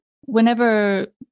whenever